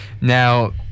Now